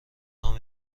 نام